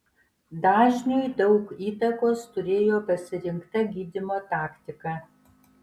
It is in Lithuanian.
dažniui daug įtakos turėjo pasirinkta gydymo taktika